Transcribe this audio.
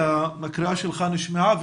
הקריאה שלך נשמעה.